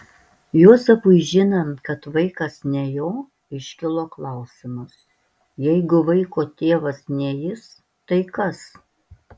juozapui žinant kad vaikas ne jo iškilo klausimas jeigu vaiko tėvas ne jis tai kas